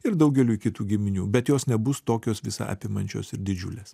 ir daugeliui kitų giminių bet jos nebus tokios visa apimančios ir didžiulės